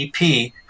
EP